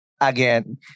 again